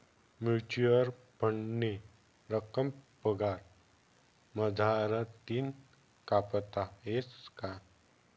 Mutual फंडनी रक्कम पगार मझारतीन कापता येस का?